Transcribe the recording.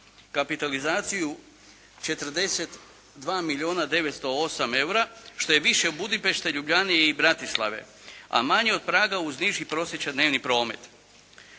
kapitalizaciju 42 milijuna 908 eura što je više od Budimpešte, Ljubljane i Bratislave, a manje od Praga uz niži prosječan dnevni promet.